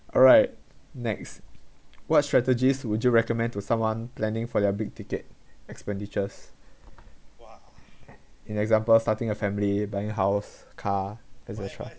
alright next what strategies would you recommend to someone planning for their big ticket expenditures in example starting a family buying house car et cetera